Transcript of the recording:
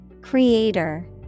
Creator